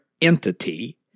entity